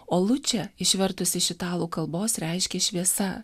o lučė išvertus iš italų kalbos reiškia šviesa